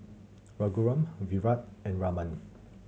Raghuram Virat and Raman